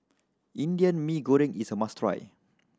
Indian Mee Goreng is a must try